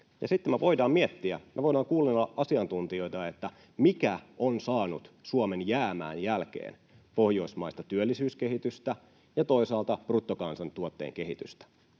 Sitten me voidaan miettiä, me voidaan kuunnella asiantuntijoita siitä, mikä on saanut Suomen jäämään jälkeen pohjoismaisesta työllisyyskehityksestä ja toisaalta bruttokansantuotteen kehityksestä.